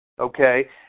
Okay